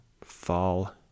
fall